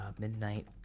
Midnight